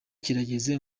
kirageze